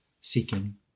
seeking